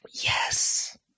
Yes